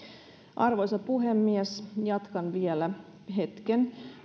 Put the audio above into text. arvoisa puhemies jatkan vielä hetken